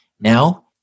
Now